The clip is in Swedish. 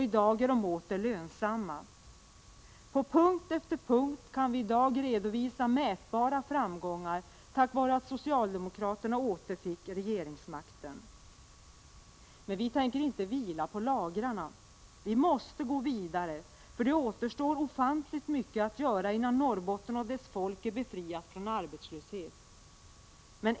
I dag är de åter lönsamma. På punkt efter punkt kan vi i dag redovisa mätbara framgångar tack vare att socialdemokraterna återfick regeringsmakten. Men vi tänker inte vila på lagrarna. Vi måste gå vidare, för det återstår ofantligt mycket att göra innan Norrbotten och dess folk är befriat från arbetslöshet.